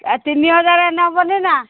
ତିନି ହଜାରେ ନେବନି ନା